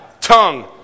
Tongue